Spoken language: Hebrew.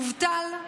מובטל,